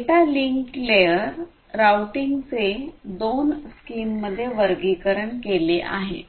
data link layer राउटिंगचे दोन स्कीममध्ये वर्गीकरण केले आहे